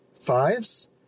fives